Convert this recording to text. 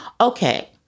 okay